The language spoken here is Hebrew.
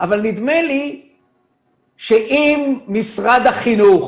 אבל נדמה לי שאם משרד החינוך